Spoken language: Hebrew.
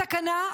תקנה.